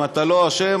אם אתה לא אשם,